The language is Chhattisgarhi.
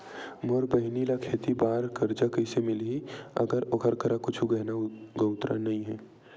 मोर बहिनी ला खेती बार कर्जा कइसे मिलहि, अगर ओकर करा कुछु गहना गउतरा नइ हे?